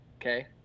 okay